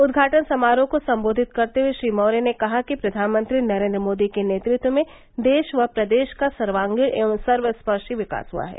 उद्घाटन समारोह को संबोधित करते हुए श्री मौर्य ने कहा कि प्रधानमंत्री नरेंद्र मोदी के नेतृत्व में देश व प्रदेश का सर्वागीण एवं सर्व स्पर्शी विकास हुआ है